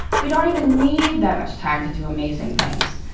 we don't even need that much time to do amazing things.